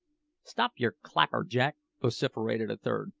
stop your clapper, jack! vociferated a third.